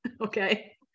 Okay